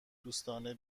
دوستانه